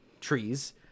trees